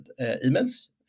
emails